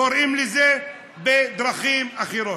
קוראים לזה בדרכים אחרות.